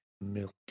Milk